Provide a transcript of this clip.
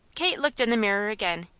kate looked in the mirror again.